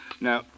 Now